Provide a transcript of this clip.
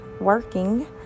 working